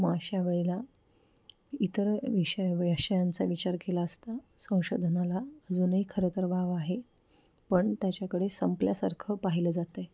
मग अशा वेळेला इतर विषया विषयांचा विचार केला असता संशोधनाला अजूनही खरंतर वाव आहे पण त्याच्याकडे संपल्यासारखं पाहिलं जातं आहे